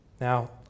Now